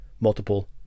multiple